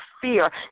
fear